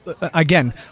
again